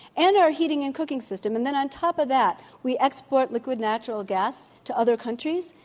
and our heating and cooking systems, and then on top of that we export liquid natural gas to other countries,